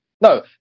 No